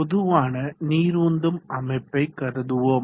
பொதுவான நீர் உந்தும் அமைப்பை கருதுவோம்